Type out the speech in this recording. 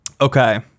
Okay